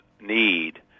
need